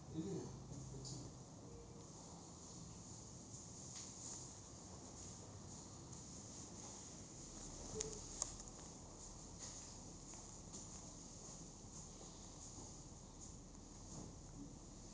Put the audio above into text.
mm mm